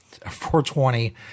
420